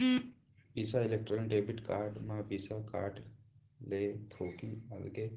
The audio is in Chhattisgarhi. बिसा इलेक्ट्रॉन डेबिट कारड म बिसा कारड ले थोकिन अलगे